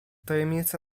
tajemnice